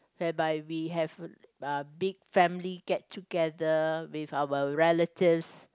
whereby we have uh big family get together with our relatives